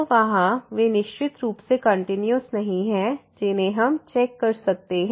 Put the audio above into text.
तो वहाँ वे निश्चित रूप से कंटीन्यूअस नहीं हैं जिन्हें हम चेक कर सकते हैं